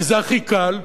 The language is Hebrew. כי זה הכי קל,